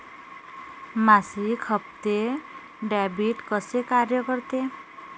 मासिक हप्ते, डेबिट कसे कार्य करते